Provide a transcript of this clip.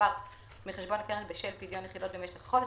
שהועבר מחשבון הקרן בשל פדיון יחידות במשך החודש,